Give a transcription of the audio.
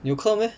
你有课 meh